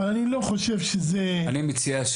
אבל אני לא חושב שזה --- אני מציע,